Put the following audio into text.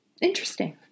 Interesting